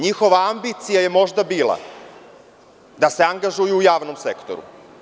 Njihova ambicija je možda bila da se angažuju u javnom sektoru.